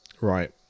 Right